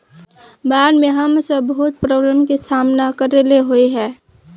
बाढ में हम सब बहुत प्रॉब्लम के सामना करे ले होय है?